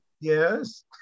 Yes